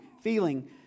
feeling